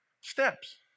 Steps